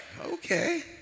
Okay